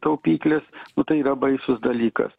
taupyklės nu tai yra baisus dalykas